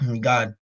God